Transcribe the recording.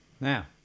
Now